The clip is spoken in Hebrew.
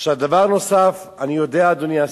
דבר נוסף, אני יודע, אדוני השר,